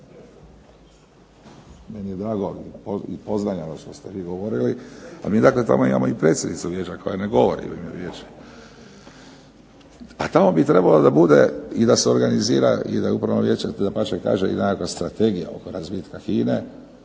Meni je drago i pozdravljam vas što ste vi govorili, ali mi dakle tamo imamo i predsjednicu vijeća koja ne govori u ime vijeća. A tamo bi trebalo da bude i da se organizira i da je upravno vijeće dapače kaže i nekakva strategija oko razvitka HINA-e.